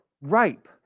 ripe